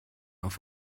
auf